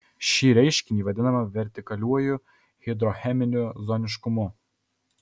šį reiškinį vadiname vertikaliuoju hidrocheminiu zoniškumu